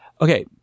Okay